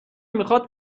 میخاد